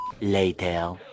Later